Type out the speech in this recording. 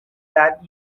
that